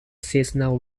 seasonal